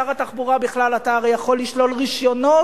שר התחבורה, בכלל אתה הרי יכול לשלול רשיונות